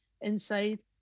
inside